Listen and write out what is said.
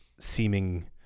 seeming